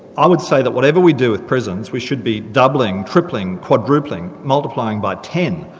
i would say that whatever we do with prisons, we should be doubling, tripling, quadrupling, multiplying by ten,